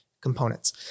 components